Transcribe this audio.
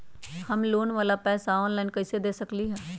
हम लोन वाला पैसा ऑनलाइन कईसे दे सकेलि ह?